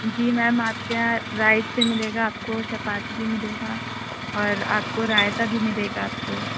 جی ma'am آپ کے یہاں رائس بھی ملے گا چپاتی بھی ملے گا اور آپ کو رایتہ بھی ملے گا آپ کو